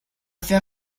fait